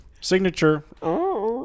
Signature